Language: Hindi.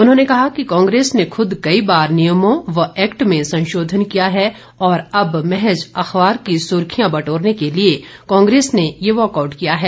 उन्होंने कहा कि कांग्रेस ने खूद कई बार नियमों व एक्ट में संशोधन किया है और अब महज अखबार की सुर्खियां बटोरने के लिए कांग्रेस ने ये वॉकआउट किया है